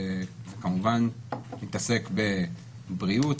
וכמובן תתעסק בבריאות,